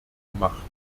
gemacht